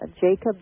Jacob